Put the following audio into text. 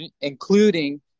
including